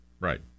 Right